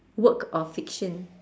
work of fiction